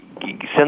send